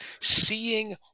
seeing